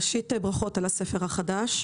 ראשית, ברכות על הספר החדש.